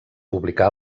publicà